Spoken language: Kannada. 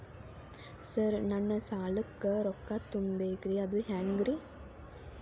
ಸರ್ ನನ್ನ ಸಾಲಕ್ಕ ರೊಕ್ಕ ತುಂಬೇಕ್ರಿ ಅದು ಹೆಂಗ್ರಿ?